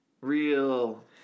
Real